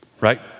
right